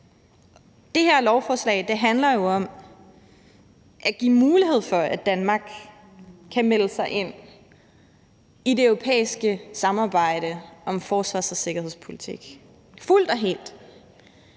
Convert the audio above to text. Det her lovforslag handler jo om at give mulighed for, at Danmark kan melde sig ind i det europæiske samarbejde om forsvars- og sikkerhedspolitik, fuldt og helt.